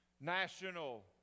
National